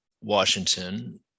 Washington